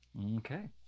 Okay